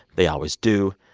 they always do.